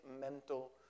mental